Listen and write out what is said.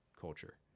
culture